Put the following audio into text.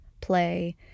play